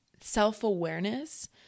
self-awareness